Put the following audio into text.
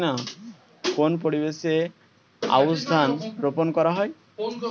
কোন পরিবেশে আউশ ধান রোপন করা হয়?